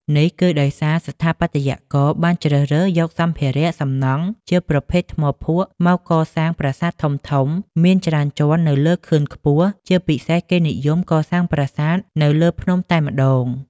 នេះគឺដោយសារស្ថាបត្យករបានជ្រើសរើស យកសម្ភារៈ សំណង់ជាប្រភេទ ថ្មភក់មកកសាងប្រាសាទធំៗ មានច្រើនជាន់ នៅលើខឿនខ្ពស់ ជាពិសេស គេនិយម កសាងប្រាសាទនៅលើភ្នំតែម្តង។